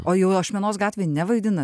o jau ašmenos gatvėje nevaidina